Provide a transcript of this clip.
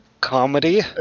comedy